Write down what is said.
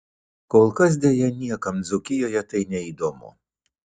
kol kas deja niekam dzūkijoje tai neįdomu